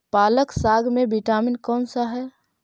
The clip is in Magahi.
पालक साग में विटामिन कौन सा है?